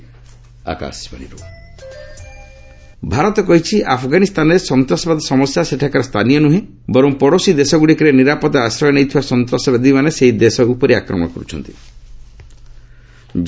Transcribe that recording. India Afghanistan Bharat କହିଛି ଆଫଗାନୀସ୍ତାନରେ ସନ୍ତାସବାଦ ସମସ୍ୟା ସେଠାକାର ସ୍ତାନୀୟ ନୁହେଁ ଏବଂ ପଡୋଶୀ ଦେଶଗୁଡ଼ିକରେ ନିରାପଦ ଆଶ୍ରୟ ନେଇଥିବା ସନ୍ତାସବାଦୀମାନେ ସେହି ଦେଶ ଉପରେ ଆକ୍ରମଣ କର୍୍ ଛନ୍ତି